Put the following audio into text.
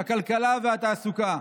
הכלכלה והתעסוקה.